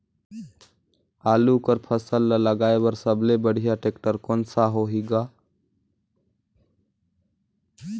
आलू कर फसल ल लगाय बर सबले बढ़िया टेक्टर कोन सा होही ग?